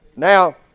Now